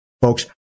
Folks